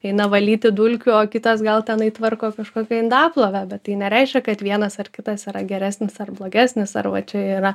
eina valyti dulkių o kitas gal tenai tvarko kažkokią indaplovę bet tai nereiškia kad vienas ar kitas yra geresnis ar blogesnis ar va čia yra